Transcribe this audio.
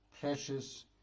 precious